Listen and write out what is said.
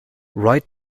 right